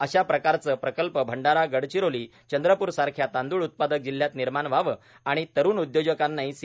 अशा प्रकारचे प्रकल्प भंडारा गडचिरोली चंद्रप्र सारख्या तांद्रळ उत्पादक जिल्हयात निर्माण व्हावे आणि तरूण उद्योजकांनीही सी